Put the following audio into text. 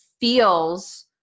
feels